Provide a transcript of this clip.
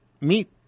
meet